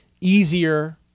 easier